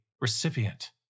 recipient